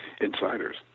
insiders